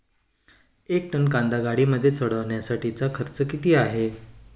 एक टन कांदा गाडीमध्ये चढवण्यासाठीचा किती खर्च आहे?